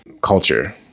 culture